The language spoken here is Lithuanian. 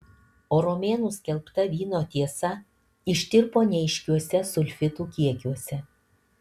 o romėnų skelbta vyno tiesa ištirpo neaiškiuose sulfitų kiekiuose